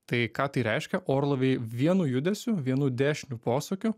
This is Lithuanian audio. tai ką tai reiškia orlaiviai vienu judesiu vienu dešiniu posūkiu